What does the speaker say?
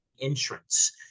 entrance